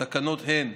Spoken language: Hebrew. והתקנות הן: